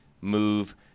move